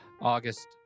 August